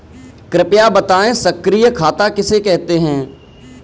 कृपया बताएँ सक्रिय खाता किसे कहते हैं?